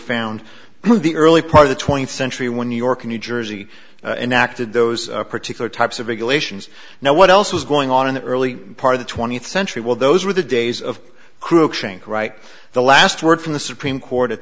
found in the early part of the twentieth century when new york new jersey enacted those particular types of regulations now what else was going on in the early part of the twentieth century well those were the days of cruikshank right the last word from the supreme court at